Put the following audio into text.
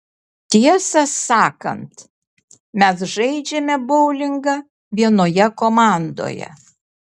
tiesą sakant mes žaidžiame boulingą vienoje komandoje